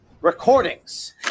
recordings